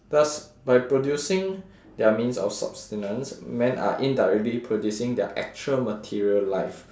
thus by producing their means of subsistence men are indirectly producing their actual material life